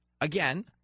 again